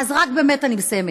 אז באמת אני מסיימת.